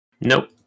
Nope